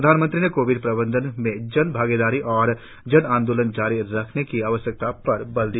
प्रधानमंत्री ने कोविड प्रबंधन में जन भागीदारी और जन आंदोलन जारी रखने की आवश्यकता पर बल दिया